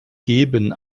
geben